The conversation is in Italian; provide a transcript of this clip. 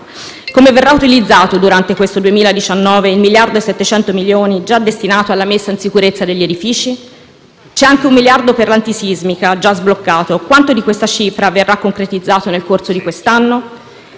Come verranno utilizzati durante il 2019 questi 1,7 miliardi già destinati alla messa in sicurezza degli edifici? C'è anche un miliardo per l'antisismica, già sbloccato. Quanto di questa cifra verrà concretizzato nel corso di quest'anno?